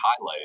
highlighted